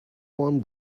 one